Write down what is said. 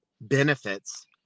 benefits